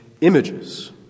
images